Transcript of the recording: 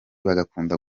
bagakunda